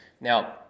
Now